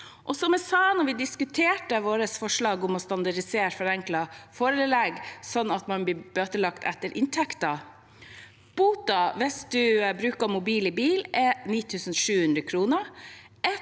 mye. Da vi diskuterte vårt forslag om å standardisere forenklet forelegg slik at man blir bøtelagt etter inntekten, sa jeg at